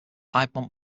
piedmont